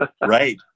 right